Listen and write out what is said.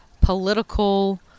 political